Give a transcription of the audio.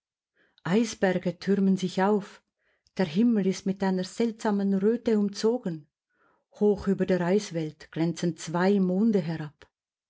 eisberge türmen sich auf der himmel ist mit einer seltsamen röte umzogen hoch über der eiswelt glänzen zwei monde herab